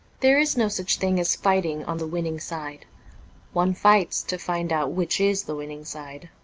there is no such thing as fighting on the winning side one fights to find out which is the winning side.